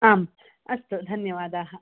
आम् अस्तु धन्यवादाः